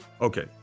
Okay